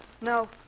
No